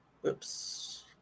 Whoops